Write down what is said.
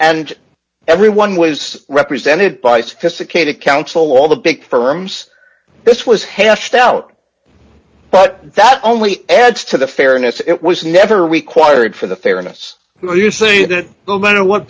and everyone was represented by sophisticated counsel all the big firms this was hashed out but that only adds to the fairness it was never required for the fairness where you see that the matter what